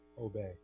obey